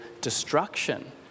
destruction